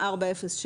4.07%,